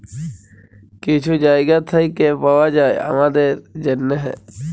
কিছু জায়গা থ্যাইকে পাউয়া যায় আমাদের জ্যনহে